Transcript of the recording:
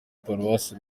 paruwasi